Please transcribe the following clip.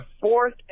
Fourth